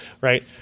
right